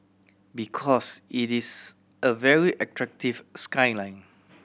because it is a very attractive skyline